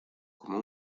como